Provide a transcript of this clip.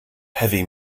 heavy